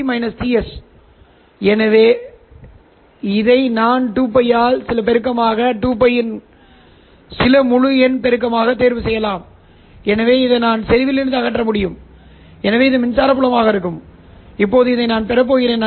சரி இதை நான் 2π இன் சில பெருக்கமாக 2π இன் சில முழு எண் பெருக்கமாக தேர்வு செய்யலாம் எனவே இதை நான் செறிவிலிருந்து அகற்ற முடியும் எனவே இது மின்சார புலமாக இருக்கும் இப்போது நான் பெறப்போகிறேன்